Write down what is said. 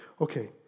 Okay